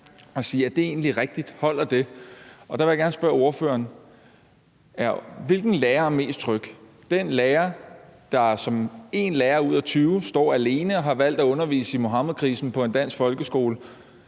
og spørge: Er det egentlig rigtigt? Holder det? Der vil jeg gerne spørge ordføreren: Hvilken lærer er mest tryg – den lærer, der som 1 lærer ud af 20 står alene og har valgt at undervise i Muhammedkrisen på en dansk folkeskole,